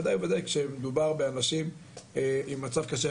וודאי וודאי שמדובר באנשים עם מצב קשה.